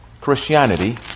Christianity